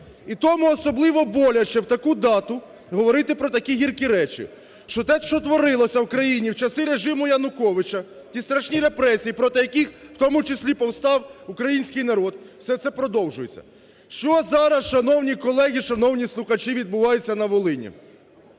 І тому особливо боляче в таку дату говорити про такі гіркі речі, що те, що творилося в країні в часи режиму Януковича, ті страшні репресії, проти яких в тому числі повстав український народ, все це продовжується. Що зараз, шановні колеги, шановні слухачі, відбувається на Волині?